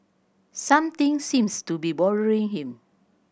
something seems to be bothering him